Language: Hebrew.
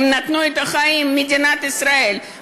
הם נתנו את החיים למדינת ישראל.